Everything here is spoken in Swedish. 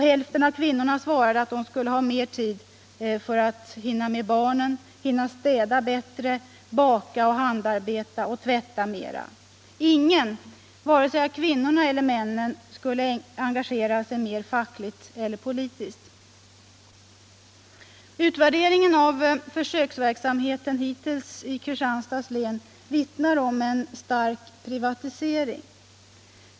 Hälften av kvinnorna svarade att de ville ha mer tid för barnen, hinna städa bättre, baka och handarbeta och tvätta mera. Ingen, vare sig av kvinnorna eller av männen, skulle engagera sig mer fackligt eller politiskt. Utvärderingen av försöksverksamheten hittills i Kristianstads län vittnar om en stark privatisering.